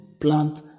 plant